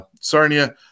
Sarnia